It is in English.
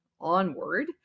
onward